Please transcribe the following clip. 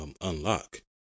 unlock